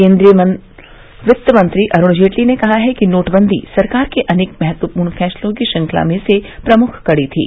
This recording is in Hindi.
केन्द्रीय वित्त मंत्री अरुण जेटली ने कहा है कि नोटबंदी सरकार के अनेक महत्वपूर्ण फैसलों की श्रृंखला में से प्रमुख कड़ी थी